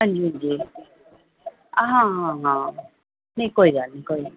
हां जी हां जी हां नेईं कोई गल्ल नेईं कोई